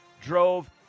drove